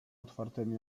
otwartymi